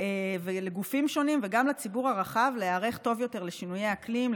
לגופים שונים וגם לציבור הרחב להיערך טוב יותר לשינויי האקלים,